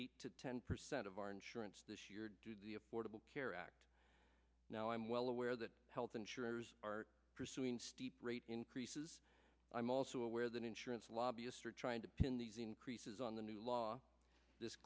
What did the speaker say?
eight to ten percent of our insurance this year due to the affordable care act now i'm well aware that health insurers are pursuing steep rate increases i'm also aware that insurance lobbyists are trying to pin these increases on the new law this